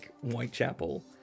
Whitechapel